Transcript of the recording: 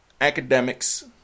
Academics